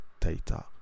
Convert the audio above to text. data